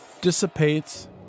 dissipates